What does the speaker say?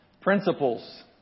Principles